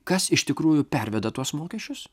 kas iš tikrųjų perveda tuos mokesčius